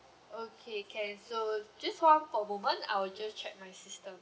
okay can so just hold on for a moment I'll just check my system